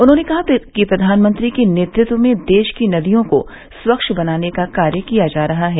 उन्होंने कहा कि प्रधानमंत्री के नेतत्व में देश की नदियों को स्वच्छ बनाने का कार्य किया जा रहा है